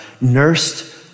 nursed